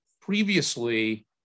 previously